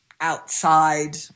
outside